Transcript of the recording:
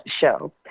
show